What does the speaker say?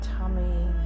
tummy